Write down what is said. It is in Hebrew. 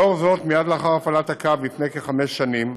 לאור זאת, מייד לאחר הפעלת הקו, לפני כחמש שנים,